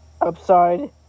upside